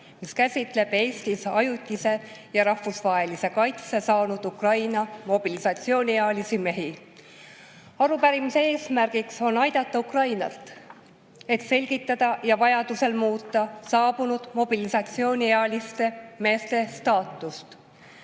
mis käsitleb Eestis ajutise ja rahvusvahelise kaitse saanud Ukraina mobilisatsiooniealisi mehi. Arupärimise eesmärgiks on aidata Ukrainat, et selgitada [välja] ja vajadusel muuta saabunud mobilisatsiooniealiste meeste staatust.